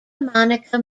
monica